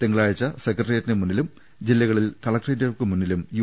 തിങ്കളാഴ്ച സെക്രട്ടേറിയറ്റിന് മുന്നിലും ജില്ല കളിൽ കലക്ടറേറ്റുകൾക്ക് മുന്നിലും യു